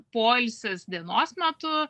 poilsis dienos metu